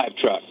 truck